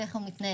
ואיך הוא מתנהג.